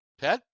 Ted